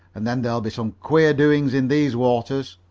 and then there'll be some queer doings in these waters.